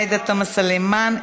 עאידה תומא סלימאן,